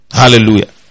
hallelujah